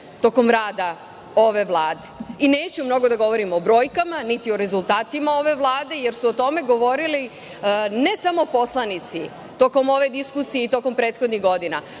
tokom rada ove Vlade. Neću mnogo da govorim o brojkama, niti o rezultatima ove Vlade, jer su o tome govorili ne samo poslanici tokom ove diskusije i tokom prethodnih godina,